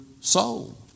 soul